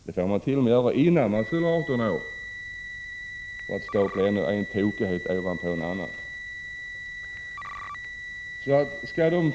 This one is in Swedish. Ja, jag kan för att räkna upp ännu en tokighet peka på att detta t.o.m. får ske före 18 års ålder.